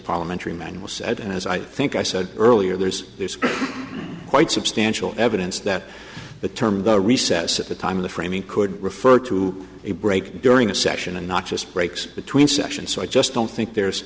parliamentary man was said and as i think i said earlier there's quite substantial evidence that the term recess at the time of the framing could refer to a break during a session and not just breaks between sessions so i just don't think there's